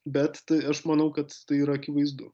bet tai aš manau kad tai yra akivaizdu